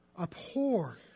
abhor